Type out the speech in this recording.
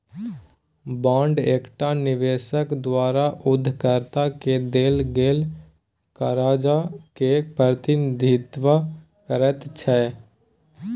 bond एकटा निबेशक द्वारा उधारकर्ता केँ देल गेल करजा केँ प्रतिनिधित्व करैत छै